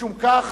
משום כך